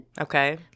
Okay